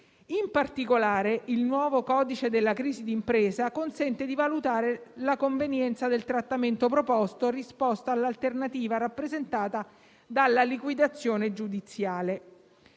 In particolare, il nuovo codice della crisi d'impresa consente di valutare la convenienza del trattamento proposto rispetto all'alternativa rappresentata dalla liquidazione giudiziale.